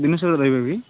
ଦିନ ସାରା ରହିବ କି